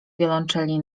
wiolonczeli